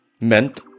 meant